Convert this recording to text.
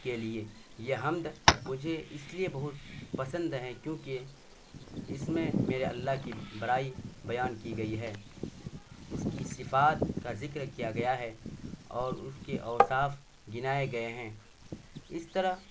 کے لیے یہ حمد مجھے اس لیے بہت پسند ہیں کیونکہ اس میں میرے اللہ کی بڑائی بیان کی گئی ہے اس کی صفات کا ذکر کیا گیا ہے اور اس کے اوصاف گنائے گئے ہیں اس طرح